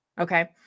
Okay